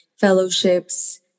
fellowships